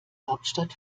hauptstadt